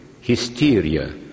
hysteria